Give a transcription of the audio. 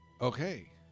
Okay